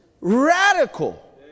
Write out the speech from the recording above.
radical